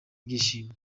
ibyishimo